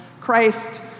Christ